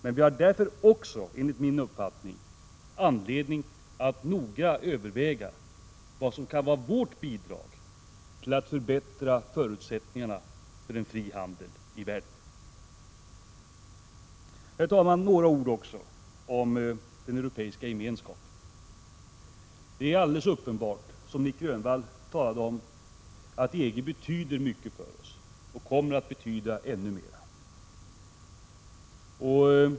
Men vi har därför också anledning att noga överväga vad som kan vara vårt bidrag till att förbättra förutsättningarna för en fri handel i världen. Herr talman! Några ord också om den europeiska gemenskapen. Det är alldeles uppenbart, som Nic Grönvall talade om, att EG betyder mycket för oss och kommer att betyda ännu mera.